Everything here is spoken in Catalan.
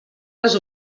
les